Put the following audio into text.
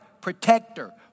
protector